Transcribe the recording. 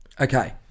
Okay